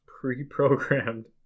pre-programmed